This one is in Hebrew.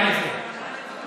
נגיע לזה.